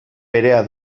berea